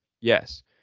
Yes